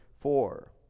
four